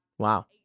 Wow